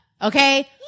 Okay